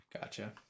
Gotcha